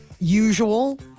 usual